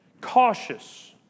cautious